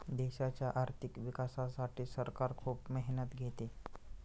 देशाच्या आर्थिक विकासासाठी सरकार खूप मेहनत घेते